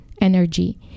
energy